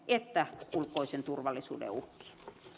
että ulkoisen turvallisuuden uhkiin